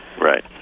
Right